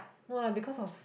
no lah because of